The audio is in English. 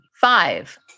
Five